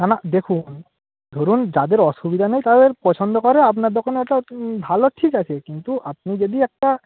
না না দেখুন ধরুন যাদের অসুবিধা নেই তাদের পছন্দ করে আপনার দোকানে ওটা ভালো ঠিক আছে কিন্তু আপনি যদি একটা